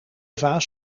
vaas